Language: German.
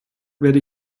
werde